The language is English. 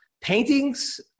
paintings